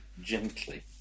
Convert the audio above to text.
gently